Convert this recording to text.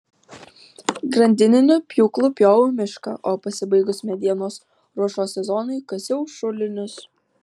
grandininiu pjūklu pjoviau mišką o pasibaigus medienos ruošos sezonui kasiau šulinius